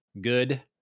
good